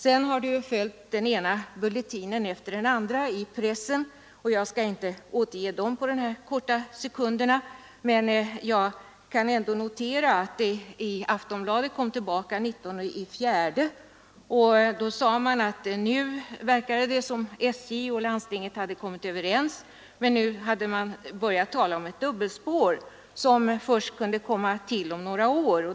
Sedan har den ena bulletinen följt efter den andra i pressen, och jag skall inte återge något av detta på de få sekunder som nu står till mitt — Nr 71 förfogande. Men jag kan ändå notera att Aftonbladet kom tillbaka till Torsdagen den frågan den 19 april och skrev att det verkade som om SJ och landstinget 2 maj 1974 hade blivit överens men att man börjat tala om ett dubbelspår som kunde komma först om några år.